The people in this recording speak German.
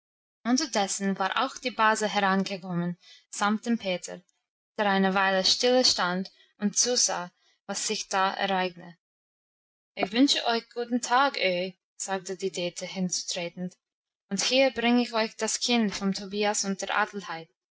unterdessen war auch die base herangekommen samt dem peter der eine weile stille stand und zusah was sich da ereigne ich wünsche euch guten tag öhi sagte die dete hinzutretend und hier bring ich euch das kind vom tobias und der adelheid